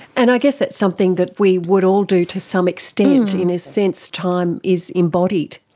and i guess that's something that we would all do to some extent, in a sense time is embodied.